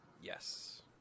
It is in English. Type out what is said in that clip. Yes